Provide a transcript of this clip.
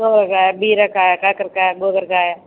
సొరకాయ బీరకాయ కాకరకాయ గోకరకాయ